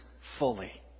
fully